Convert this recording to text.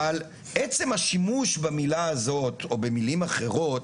אבך עצם השימוש במילה הזאת או במילים אחרות,